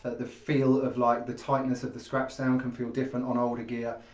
the feel of like the tightness of the scratch sound can feel different on older gear,